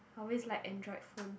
I always like Android phones